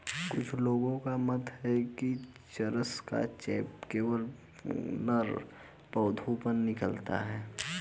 कुछ लोगों का मत है कि चरस का चेप केवल नर पौधों से निकलता है